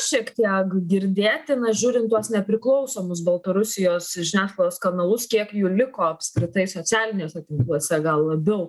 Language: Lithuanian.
šiek tiek girdėti na žiūrint tuos nepriklausomus baltarusijos žiniasklaidos kanalus kiek jų liko apskritai socialiniuose tinkluose gal labiau